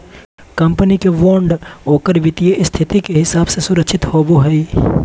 company के bond ओकर वित्तीय स्थिति के हिसाब से सुरक्षित होवो हइ